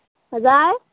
हजुर